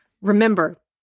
Remember